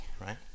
right